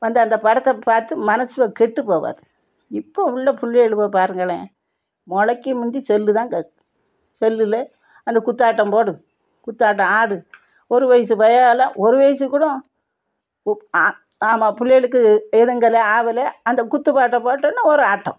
வந்து அந்த படத்தை பார்த்து மனசு கெட்டுப் போகாது இப்போ உள்ள பிள்ளையலுவோ பாருங்களேன் முளைக்கு முந்தி செல்லு தான் கேட்குது செல்லில் அந்த குத்தாட்டம் போடு குத்தாட்டம் ஆடு ஒரு வயது பயலெலாம் ஒரு வயது கூட ஆமா புள்ளையளுக்கு எதுங்கிறதை ஆவலை அந்த குத்து பாட்டை போட்ட உடன ஒரு ஆட்டம்